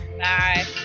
Bye